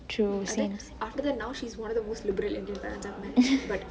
true same same